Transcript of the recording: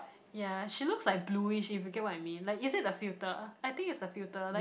ya she looks like blueish if you get what I mean like is it the filter I think it's the filter like